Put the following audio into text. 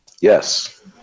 yes